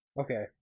okay